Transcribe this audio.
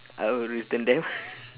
I will return them